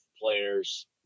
players